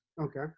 Okay